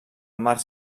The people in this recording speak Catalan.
març